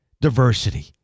diversity